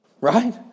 Right